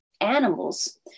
animals